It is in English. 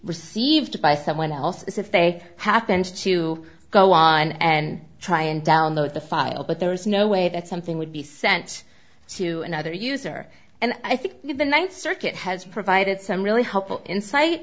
received by someone else is if they happened to go on and try and download the file but there was no way that something would be sent to another user and i think the ninth circuit has provided some really